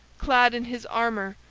clad in his armor,